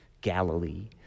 Galilee